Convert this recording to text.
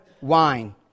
wine